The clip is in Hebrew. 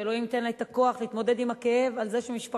שאלוהים ייתן לה את הכוח להתמודד עם הכאב על זה שמשפחתה